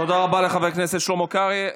תודה רבה לחבר הכנסת שלמה קרעי.